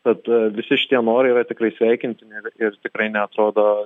kad visi šitie norai yra tikrai sveikintini ir ir tikrai neatrodo